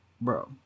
bro